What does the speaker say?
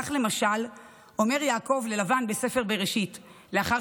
כך למשל אומר יעקב ללבן בספר בראשית לאחר